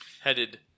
Headed